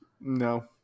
No